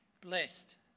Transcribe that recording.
Blessed